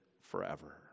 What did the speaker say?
forever